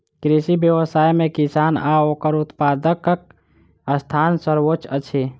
कृषि व्यवसाय मे किसान आ ओकर उत्पादकक स्थान सर्वोच्य अछि